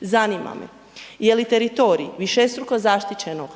Zanima me jeli teritorij višestruko zaštićenog